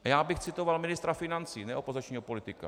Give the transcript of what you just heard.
Já bych citoval ministra financí, ne opozičního politika: